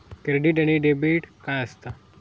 Credit आणि debit काय असता?